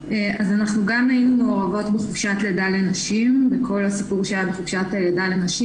אז אנחנו גם היינו מעורבות בכל הסיפור שהיה בחופשת הלידה לנשים